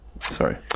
Sorry